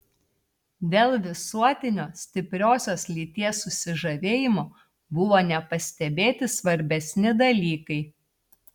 dėl visuotinio stipriosios lyties susižavėjimo buvo nepastebėti svarbesni dalykai